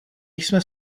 jsme